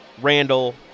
Randall